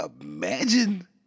imagine